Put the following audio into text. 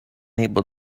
able